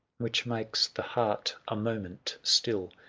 which makes the heart a moment still,